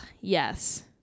yes